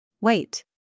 Wait